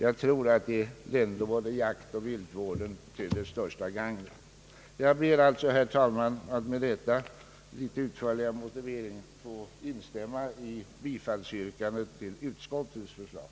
Det tror jag skulle gagna både jaktoch viltvården bäst. Herr talman, jag ber att med denna mera utförliga motivering få instämma i bifallsyrkandet till utskottets förslag.